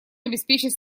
обеспечить